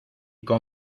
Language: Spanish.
como